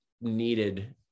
needed